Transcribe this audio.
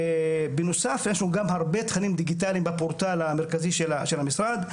בנוסף יש לנו גם הרבה תכנים דיגיטליים בפורטל המרכזי של המשרד.